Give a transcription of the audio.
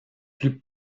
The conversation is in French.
plus